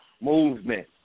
movement